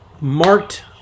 marked